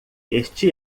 este